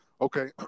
okay